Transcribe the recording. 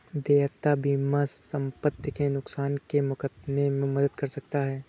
देयता बीमा संपत्ति के नुकसान के मुकदमे में मदद कर सकता है